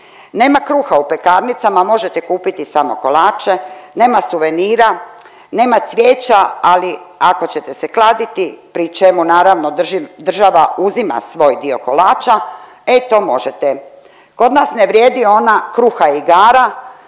Nema kruha u pekarnicama, možete kupiti samo kolače. Nema suvenira, nema cvijeća, ali ako ćete se kladiti pri čemu naravno država uzima svoj dio kolača e to možete. Kod nas ne vrijedi ona kruha i igara